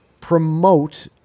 promote